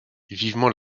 vivement